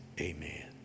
Amen